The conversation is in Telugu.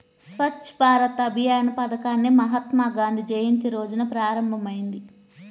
స్వచ్ఛ్ భారత్ అభియాన్ పథకాన్ని మహాత్మాగాంధీ జయంతి రోజున ప్రారంభమైంది